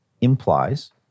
implies